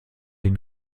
den